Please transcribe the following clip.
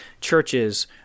churches